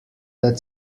that